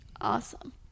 awesome